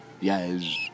yes